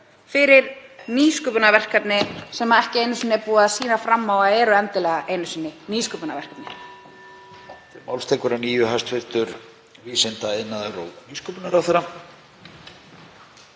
fyrir nýsköpunarverkefni sem ekki einu sinni er búið að sýna fram á að séu endilega nýsköpunarverkefni.